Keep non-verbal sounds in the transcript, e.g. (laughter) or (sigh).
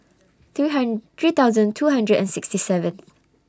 three hundred three thousand two hundred and sixty seven (noise)